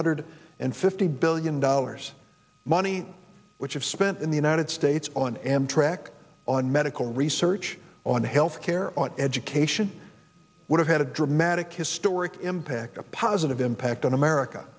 hundred and fifty billion dollars money which i've spent in the united states on amtrak on medical research on health care on education would have had a dramatic historic impact a positive impact on america